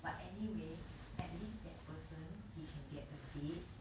but anyway at least that person he can get a date